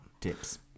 Tips